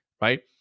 right